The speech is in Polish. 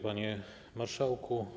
Panie Marszałku!